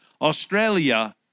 Australia